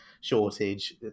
shortage